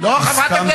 כל מה שכתוב